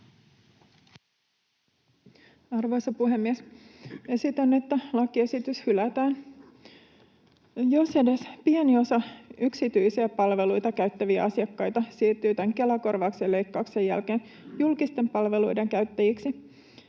Arvoisa puhemies! Esitän, että lakiesitys hylätään. Jos edes pieni osa yksityisiä palveluita käyttäviä asiakkaita siirtyy tämän Kela-korvauksen leikkauksen jälkeen julkisten palveluiden käyttäjiksi,